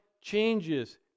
changes